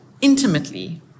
intimately